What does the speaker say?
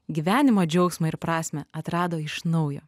gyvenimo džiaugsmą ir prasmę atrado iš naujo